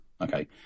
okay